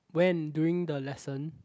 when during the lesson